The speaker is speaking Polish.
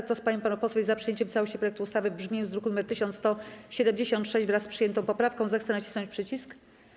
Kto z pań i panów posłów jest za przyjęciem całości projektu ustawy w brzmieniu z druku nr 1176, wraz z przyjętą poprawką, zechce nacisnąć przycisk.